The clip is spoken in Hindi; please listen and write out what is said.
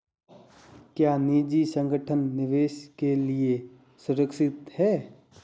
क्या निजी संगठन निवेश के लिए सुरक्षित हैं?